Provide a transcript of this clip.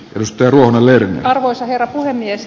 jos perunalle arvoisa herra puhemies